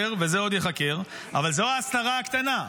אבל זו ההסתרה הקטנה.